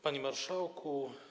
Panie Marszałku!